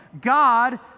God